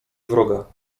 wroga